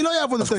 לא אעבוד.